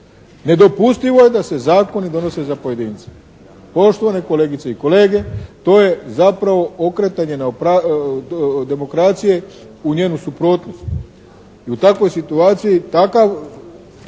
Nedopustivo je da se zakoni donose za pojedinca. Poštovane kolegice i kolege to je zapravo okretanje demokracije u njenu suprotnost i u takvoj situaciji takve